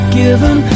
given